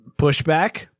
pushback